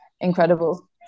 incredible